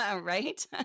Right